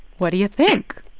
what do you think?